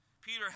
Peter